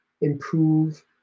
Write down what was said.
improve